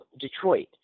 Detroit